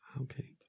Okay